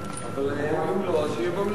אבל אם לא, אז שיהיה במליאה.